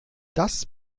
das